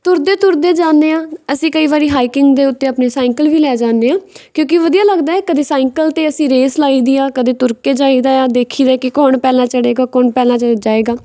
ਤੁਰਦੇ ਤੁਰਦੇ ਜਾਂਦੇ ਹਾਂ ਅਸੀਂ ਕਈ ਵਾਰੀ ਹਾਈਕਿੰਗ ਦੇ ਉੱਤੇ ਆਪਣੇ ਸਾਈਕਲ ਵੀ ਲੈ ਜਾਂਦੇ ਹਾਂ ਕਿਉਂਕਿ ਵਧੀਆਂ ਲੱਗਦਾ ਕਦੇ ਸਾਈਕਲ 'ਤੇ ਅਸੀਂ ਰੇਸ ਲਗਾਈ ਦੀ ਆ ਕਦੇ ਤੁਰ ਕੇ ਜਾਈਦਾ ਹੈ ਆਹ ਦੇਖੀ ਦਾ ਕਿ ਕੌਣ ਪਹਿਲਾਂ ਚੜੇਗਾ ਕੌਣ ਪਹਿਲਾਂ ਜਾਵੇਗਾ